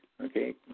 okay